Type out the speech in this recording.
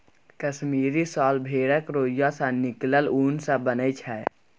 कश्मीरी साल भेड़क रोइयाँ सँ निकलल उन सँ बनय छै